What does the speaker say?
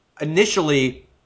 initially